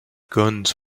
guns